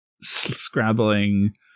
scrabbling